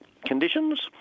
conditions